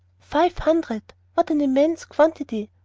five hundred! what an immense quantity!